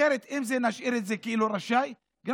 אחרת, אם נשאיר את זה "רשאי" גם